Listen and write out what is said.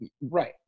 Right